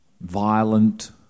violent